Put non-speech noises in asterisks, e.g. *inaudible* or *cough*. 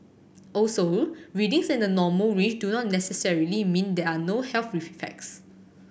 also readings in the normal range do not necessarily mean there are no health *unintelligible* effects